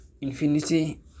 infinity